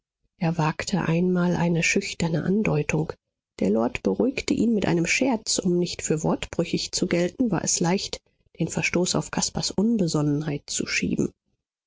er wagte einmal eine schüchterne andeutung der lord beruhigte ihn mit einem scherz um nicht für wortbrüchig zu gelten war es leicht den verstoß auf caspars unbesonnenheit zu schieben